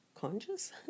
conscious